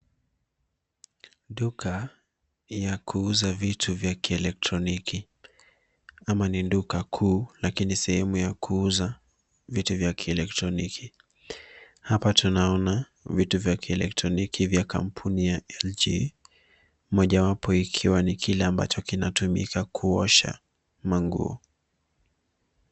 Duka ya kuuza vitu vya kielektroniki ama ni duka kuu lakini sehemu ya kuuza vitu vya kielektroniki. Hapa tunaona vitu vya kielektroniki vya kampuni ya LG,mojawapo ikiwa ni kile ambacho kinatumika kuosha manguo.